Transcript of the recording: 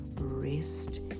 rest